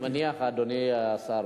אדוני השר,